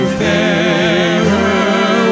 fairer